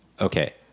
Okay